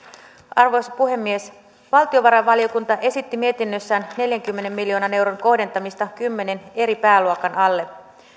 arvoisa puhemies valtiovarainvaliokunta esitti mietinnössään neljänkymmenen miljoonan euron kohdentamista kymmenen eri pääluokan alle